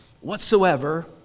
whatsoever